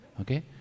okay